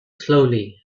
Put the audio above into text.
slowly